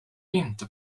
inte